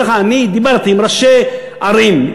אני דיברתי עם ראשי ערים,